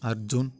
Arjun